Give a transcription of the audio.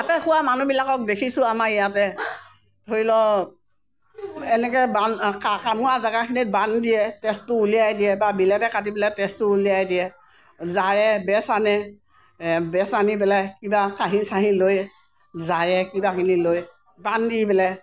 সাপে খোৱা মানুহবিলাকক দেখিছোঁ আমাৰ ইয়াতে ধৰিলওঁক এনেকৈ কামোৰা জেগাখিনিত বান্ধ দিয়ে তেজটো উলিয়াই দিয়ে বা বিলেদে কাটি পেলাই তেজটো উলিয়াই দিয়ে জাৰে বেজ আনে বেজ আনি পেলাই কিবা কাঁহী চাহী লৈ জাৰে কিবাকিবি লৈ বান্ধ দি পেলাই